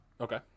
Okay